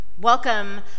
Welcome